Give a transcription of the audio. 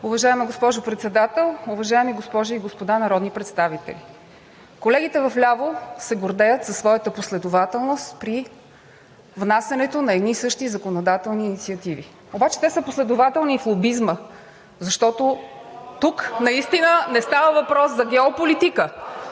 Уважаема госпожо Председател, уважаеми госпожи и господа народни представители! Колегите вляво се гордеят със своята последователност при внасянето на едни и същи законодателни инициативи. Обаче те са последователни и в лобизма, защото тук наистина не става въпрос за геополитика,